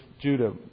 Judah